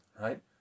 right